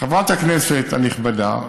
חברת הכנסת הנכבדה,